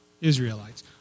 Israelites